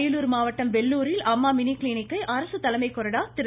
அரியலூர் மாவட்டம் வெள்ளுரில் அம்மா மினி கிளினிக்கை அரசு தலைமை கொறாடா திரு